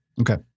okay